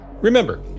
Remember